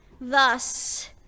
Thus